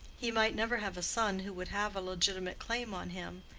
he might never have a son who would have a legitimate claim on him,